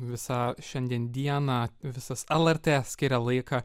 visą šiandien dieną visas lrt skiria laiką